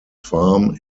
farm